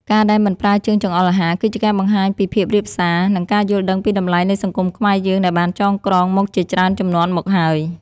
ការដែលមិនប្រើជើងចង្អុលអាហារគឺជាការបង្ហាញពីភាពរាបសារ និង ការយល់ដឹងពីតម្លៃនៃសង្គមខ្មែរយើងដែលបានចងក្រងមកជាច្រើនជំនាន់មកហើយ។